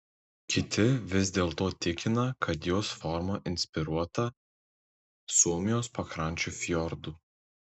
kiti vis dėlto tikina kad jos forma inspiruota suomijos pakrančių fjordų